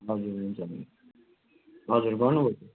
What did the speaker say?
हजुर गर्नु पर्छ